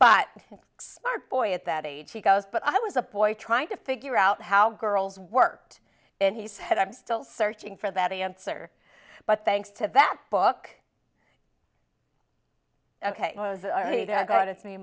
our boy at that age he goes but i was a boy trying to figure out how girls worked and he said i'm still searching for that answer but thanks to that book ok i got it's me